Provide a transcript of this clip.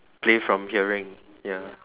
play from hearing ya